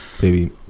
baby